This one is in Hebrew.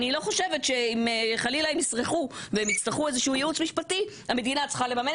אם ההגדרה המשפטית הייתה קיימת, למה שינית?